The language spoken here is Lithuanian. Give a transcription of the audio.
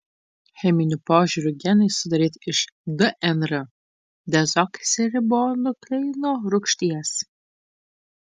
cheminiu požiūriu genai sudaryti iš dnr dezoksiribonukleino rūgšties